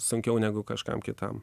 sunkiau negu kažkam kitam